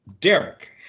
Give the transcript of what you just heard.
Derek